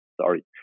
sorry